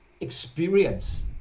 experience